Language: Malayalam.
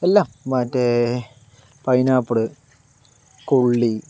എല്ലാം മറ്റേ പൈനാപ്പിള് കൊള്ളി